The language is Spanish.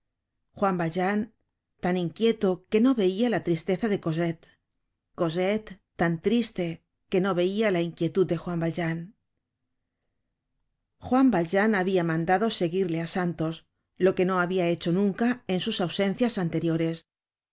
juan valjean tan inquieto que no veia la tristeza de cosette cosette tan triste que no veia la inquietud de juan valjean juan valjean habia mandado seguirle á santos lo que no habia hecho nunca en sus ausencias anteriores